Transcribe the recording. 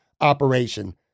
operation